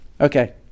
Okay